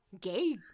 gay